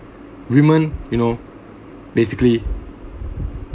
women you know basically